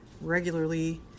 regularly